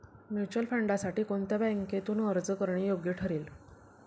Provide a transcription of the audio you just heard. Mutual फंडांसाठी कोणत्या बँकेतून अर्ज करणे योग्य ठरेल?